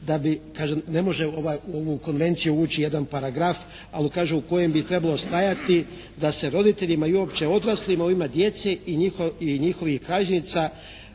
ne može u ovu konvenciju ući jedan paragraf, ali kaže u kojem bi trebalo stajati da se roditeljima i uopće odraslima u ime djece i njihovih kralježnica